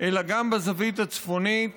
אלא גם בזווית הצפונית